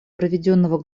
проведенного